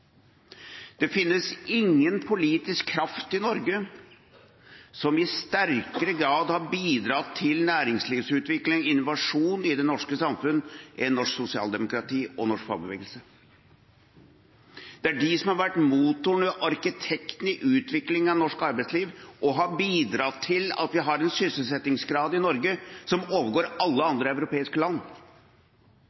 Det finnes ingen politisk kraft i Norge som i sterkere grad har bidratt til næringslivsutvikling og innovasjon i det norske samfunnet, enn norsk sosialdemokrati og norsk fagbevegelse. Det er de som har vært motoren, arkitekten i utvikling av norsk arbeidsliv, og som har bidratt til at vi har en sysselsettingsgrad i Norge som overgår alle